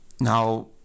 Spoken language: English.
Now